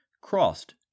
crossed